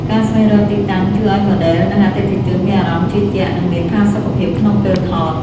ការស្វែងរកទីតាំងជួយឱ្យម៉ូដែល និងអតិថិជនមានអារម្មណ៍ជឿជាក់ និងមានផាសុកភាពក្នុងពេលថត។